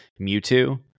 Mewtwo